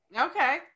okay